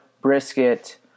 brisket